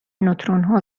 نوترونها